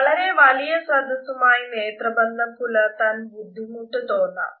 വളരെ വലിയ സദസുമായ് നേത്രബന്ധം പുലർത്താൻ ബുദ്ധിമുട്ട് തോന്നാം